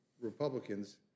Republicans